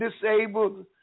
disabled